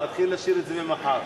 נתחיל לשיר את זה ממחר.